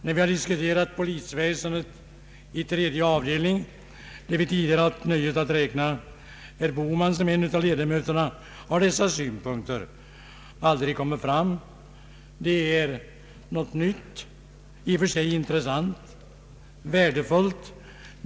När vi i statsutskottets tredje avdelning — där vi tidigare haft nöjet att räkna herr Bohman som en av ledamöterna — diskuterat polisväsendet har dessa synpunkter aldrig kommit fram. Det är något nytt, i och för sig intressant och värdefullt.